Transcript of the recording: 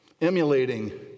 emulating